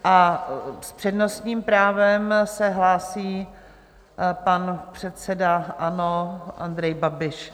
A s přednostním právem se hlásí pan předseda ANO Andrej Babiš.